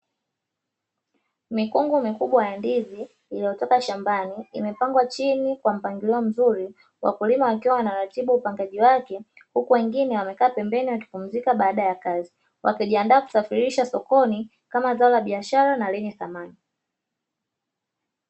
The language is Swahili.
Mikungu mikubwa ya ndizi iliyotoka shambani imepangwa chini kwa mpangilio mzuri, wakulima wakiwa wanaratibu upangaji wake huku wengine wakikaa pembeni wakipumzika baada ya kazi wakijiandaa kusafirisha sokoni kama zao la biashara na lenye thamani.